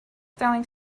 throwing